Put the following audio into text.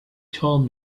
told